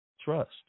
trust